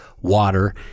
water